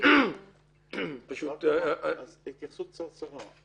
אתן התייחסות קצרצרה.